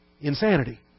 insanity